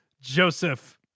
Joseph